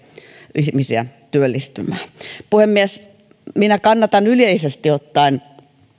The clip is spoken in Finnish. ihmisiä työllistymään puhemies minä kannatan yleisesti ottaen